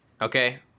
Okay